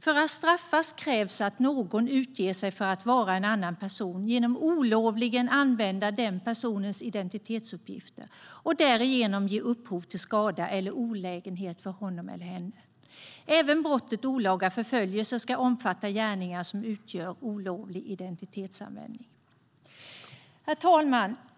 För att straffas krävs att någon utger sig för att vara en annan person genom att olovligen använda den personens identitetsuppgifter och därigenom ge upphov till skada eller olägenhet för honom eller henne. Även brottet olaga förföljelse ska omfatta gärningar som utgör olovlig identitetsanvändning. Herr talman!